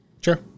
Sure